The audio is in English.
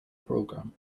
program